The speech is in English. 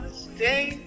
stay